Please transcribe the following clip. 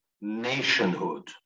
nationhood